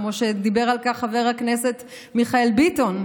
כמו שדיבר על כך חבר הכנסת מיכאל ביטון,